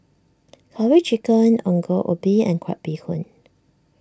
Curry Chicken Ongol Ubi and Crab Bee Hoon